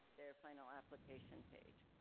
their final application page.